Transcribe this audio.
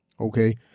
Okay